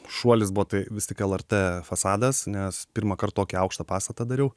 šuolis buvo tai vis tik lrt fasadas nes pirmąkart tokį aukštą pastatą dariau